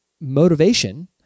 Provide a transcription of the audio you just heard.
motivation